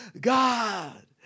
God